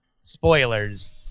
spoilers